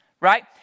right